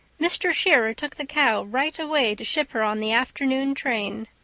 mr. shearer took the cow right away to ship her on the afternoon train.